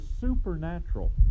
supernatural